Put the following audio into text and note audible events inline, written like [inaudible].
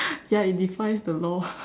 ya it defies the law [laughs]